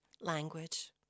language